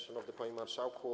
Szanowny Panie Marszałku!